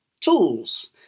Tools